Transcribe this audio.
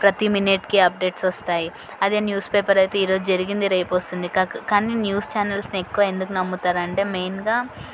ప్రతీ మినిట్కి అప్డేట్స్ వస్తాయి అదే న్యూస్ పేపర్ అయితే ఈరోజు జరిగింది రేపొస్తుంది కాక్ కానీ న్యూస్ ఛానల్స్ని ఎక్కువ ఎందుకు నమ్ముతారంటే మెయిన్గా